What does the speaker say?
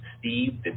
Steve